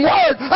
Word